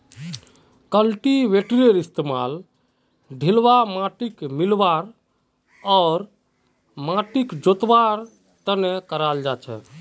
कल्टीवेटरेर इस्तमाल ढिलवा माटिक मिलव्वा आर माटिक जोतवार त न कराल जा छेक